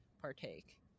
partake